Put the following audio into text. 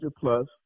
plus